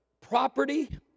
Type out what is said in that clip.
property